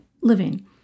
living